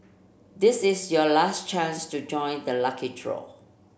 this is your last chance to join the lucky draw